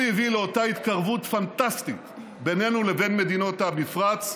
הביאה לאותה התקרבות פנטסטית בינינו לבין מדינות המפרץ,